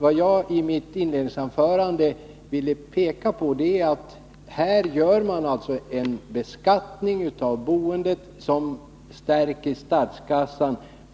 Vad jag i inledningsanförandet ville peka på är att här gör man alltså en beskattning av boendet som stärker statskassan.